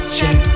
Check